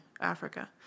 Africa